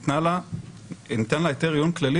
ניתן לה היתר עיון כללי,